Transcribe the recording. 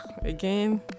again